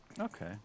Okay